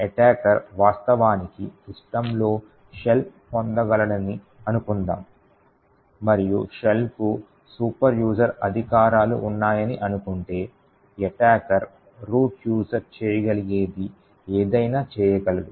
attacker వాస్తవానికి సిస్టమ్లో shell పొందగలడని అనుకుందాం మరియు షెల్కు సూపర్ యూజర్ అధికారాలు ఉన్నాయని అనుకుంటే ఎటాకర్ రూట్ యూజర్ చేయగలిగేది ఏదైనా చేయగలడు